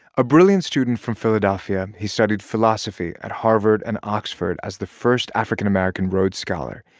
a brilliant student from philadelphia, he studied philosophy at harvard and oxford as the first african american rhodes scholar.